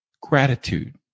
Gratitude